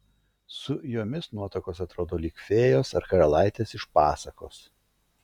su jomis nuotakos atrodo lyg fėjos ar karalaitės iš pasakos